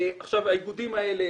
האיגודים האלה,